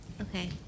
Okay